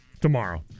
tomorrow